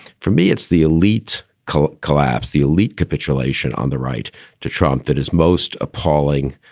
for me, it's the elite cult collapse, the elite capitulation on the right to trump that is most appalling.